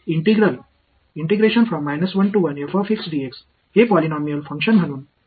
तर इंटिग्रल हे polynomial function म्हणून इंटिग्रेट करणे क्षुल्लक आहे